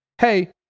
Hey